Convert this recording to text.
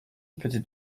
petites